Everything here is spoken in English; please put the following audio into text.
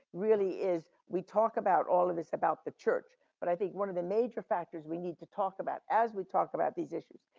really is we talk about all of this about the church. but i think one of the major factors we need to talk about as we talk about these issues.